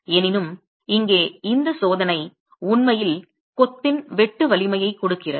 எனினும் இங்கே இந்த சோதனை உண்மையில் கொத்தின் வெட்டு வலிமையை கொடுக்கிறது